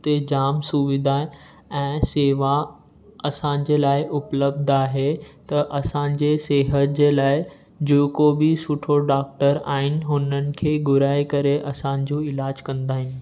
हुते जामु सुविधा आहिनि ऐं शेवा असांजे लाइ उपलब्ध आहे त असांजे सिहत लाइ जेको बि सुठो डॉक्टर आहिनि हुनन खे घुराए करे असांजो इलाजु कंदा आहिनि